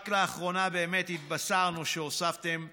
רק לאחרונה באמת התבשרנו שהוספתם תקציבים,